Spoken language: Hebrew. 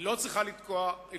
היא לא צריכה לטרוח,